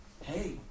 hey